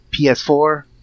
PS4